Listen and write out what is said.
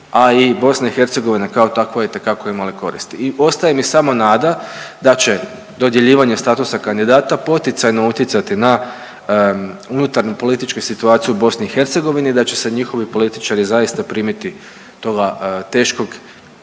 a i BiH kao takva itekako imale koristi i ostaje mi samo nada da će dodjeljivanje statusa kandidata poticajno utjecati na unutarnju političku situaciju u BiH i da će se njihovi političari zaista primiti toga teškog